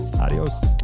adios